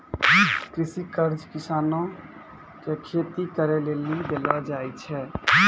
कृषि कर्ज किसानो के खेती करे लेली देलो जाय छै